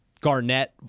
Garnett